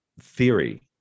theory